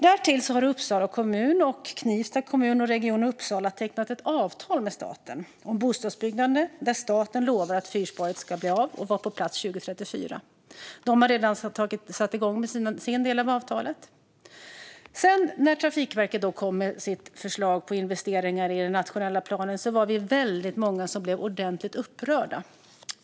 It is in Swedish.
Därtill har Uppsala kommun, Knivsta kommun och Region Uppsala tecknat ett avtal med staten om bostadsbyggande där staten lovar att fyrspåret ska bli av och vara på plats 2034. De har redan satt igång med sin del av avtalet. När sedan Trafikverket kom med sitt förslag på investeringar i den nationella planen var vi många som blev ordentligt upprörda.